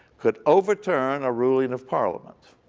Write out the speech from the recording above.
could overturn a ruling of parliament